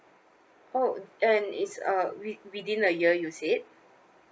oh and is uh with within a year you said